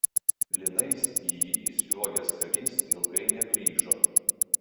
lynais į jį įsliuogęs karys ilgai negrįžo